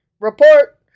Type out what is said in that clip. report